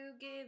give